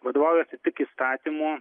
vadovaujasi tik įstatymu